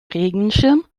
regenschirm